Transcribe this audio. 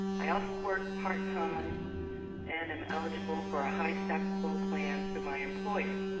i ah work part time and. um eligible for a high deductible plan for my employer.